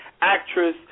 actress